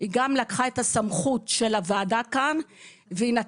היא גם לקחה את הסמכות של הוועדה כאן ונתנה